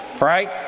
Right